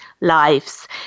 lives